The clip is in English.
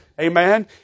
Amen